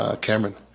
Cameron